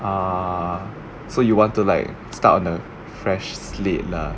ah so you want to like start on a fresh slate lah